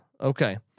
Okay